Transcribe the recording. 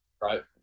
Right